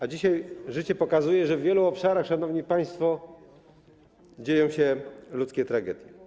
A dzisiaj życie pokazuje, że w wielu obszarach, szanowni państwo, dzieją się ludzkie tragedie.